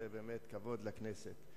זה באמת כבוד לכנסת.